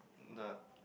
the